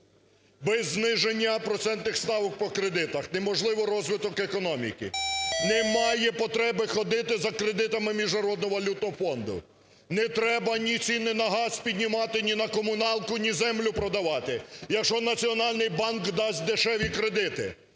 Без зниження процентних ставок по кредитах неможливий розвиток економіки. Немає потреби ходити за кредитами Міжнародного валютного фонду. Не треба ні ціни на газ піднімати, ні на комуналку, ні землю продавати. Якщо Національний банк дасть дешеві кредити,